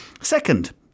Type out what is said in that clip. Second